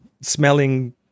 smelling